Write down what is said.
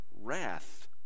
wrath